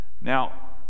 Now